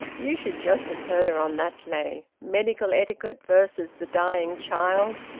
you should just have heard her on that lay medical etiquette versus the dying child.